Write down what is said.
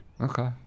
Okay